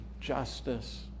justice